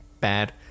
bad